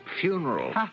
funeral